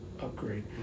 upgrade